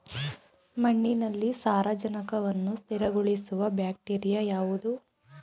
ಮಣ್ಣಿನಲ್ಲಿ ಸಾರಜನಕವನ್ನು ಸ್ಥಿರಗೊಳಿಸುವ ಬ್ಯಾಕ್ಟೀರಿಯಾ ಯಾವುದು?